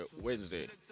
wednesday